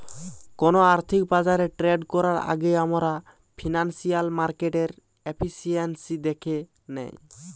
কোনো আর্থিক বাজারে ট্রেড করার আগেই আমরা ফিনান্সিয়াল মার্কেটের এফিসিয়েন্সি দ্যাখে নেয়